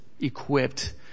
equipped –